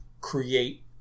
create